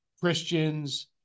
Christians